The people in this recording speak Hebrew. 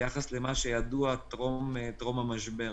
ביחס למה שידוע טרום המשבר.